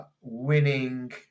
winning